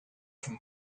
from